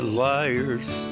liar's